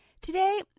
Today